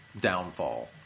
downfall